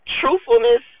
truthfulness